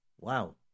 Wow